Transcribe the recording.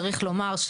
צריך לומר,